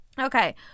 Okay